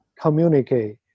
communicate